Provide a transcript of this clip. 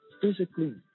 physically